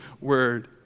word